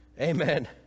Amen